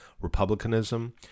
republicanism